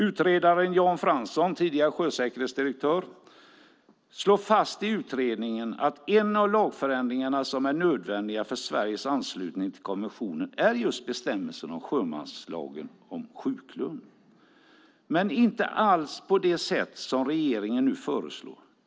Utredaren Johan Fransson, tidigare sjösäkerhetsdirektör, slår i utredningen fast att en av de lagförändringar som är nödvändiga för Sveriges anslutning till konventionen är just bestämmelserna om sjuklön i sjömanslagen, men inte alls på det sätt som regeringen föreslår.